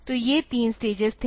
तो ये 3 स्टेजेस थे